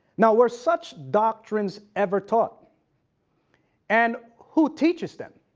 now were such doctrines ever taught and who teaches them?